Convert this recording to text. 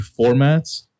formats